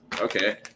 okay